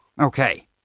Okay